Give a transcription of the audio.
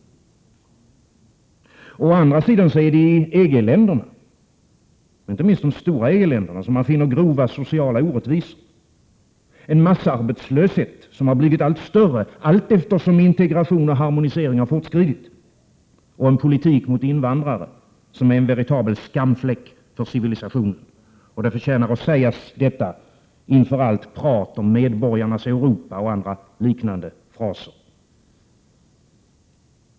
Å andra sidan är det i EG-länderna, inte minst i de stora EG-länderna, som man finner grova sociala orättvisor, en massarbetslöshet, som blivit större allteftersom integration och harmonisering fortskridit, och en politik mot invandrare som är en veritabel skamfläck för civilisationen. Detta förtjänar att sägas inför allt prat om ”medborgarnas Europa” och andra liknande fraser.